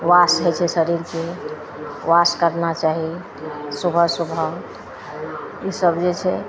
wash होइ छै शरीरके वॉश करना चाही सुबह सुबह ईसब जे छै